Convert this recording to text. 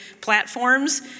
platforms